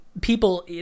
people